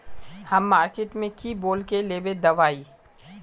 हम मार्किट में की बोल के लेबे दवाई?